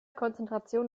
konzentration